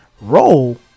Roll